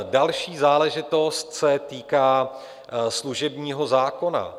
Další záležitost se týká služebního zákona.